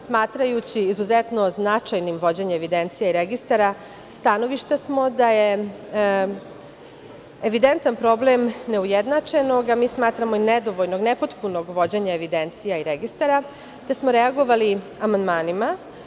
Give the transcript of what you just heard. Smatrajući izuzetno značajnim vođenje evidencije registara stanovišta smo da je evidentan problem neujednačenog, a mi smatramo i nedovoljnog, nepotpunog vođenja evidencije i registara, te smo reagovali amandmanima.